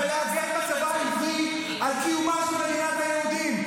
ולהגן בצבא העברי על קיומה של מדינת היהודים?